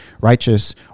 righteous